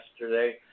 yesterday